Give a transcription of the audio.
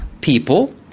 people